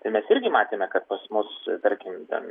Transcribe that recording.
tai mes irgi matėme kad pas mus tarkim ten